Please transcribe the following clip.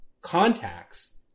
contacts